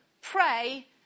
pray